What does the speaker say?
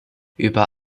über